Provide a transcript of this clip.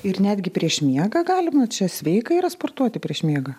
ir netgi prieš miegą galima čia sveika yra sportuoti prieš miegą